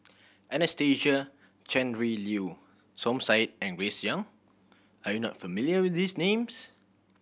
Anastasia Tjendri Liew Som Said and Grace Young are you not familiar with these names